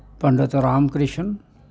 Pandit Ram Krishan